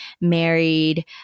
married